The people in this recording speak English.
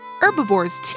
Herbivores